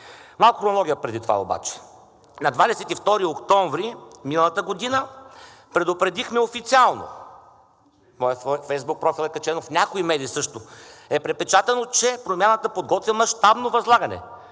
Малко хронология преди това обаче. На 22 октомври миналата година предупредихме официално. В моя Фейсбук профил е качено, а и в някои медии също е препечатано, че Промяната подготвя мащабно възлагане